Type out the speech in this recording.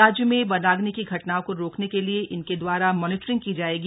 राज्य में वनाग्नि की घटनाओं को रोकने के लिए इनके दवारा मॉनिटरिंग की जायेगी